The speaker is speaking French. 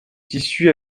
tissu